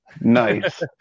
nice